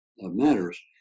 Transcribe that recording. matters